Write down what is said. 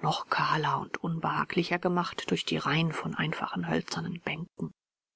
noch kahler und unbehaglicher gemacht durch die reihen von einfachen hölzernen bänken